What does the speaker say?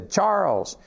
Charles